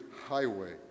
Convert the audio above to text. highway